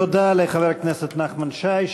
תודה לחבר הכנסת נחמן שי,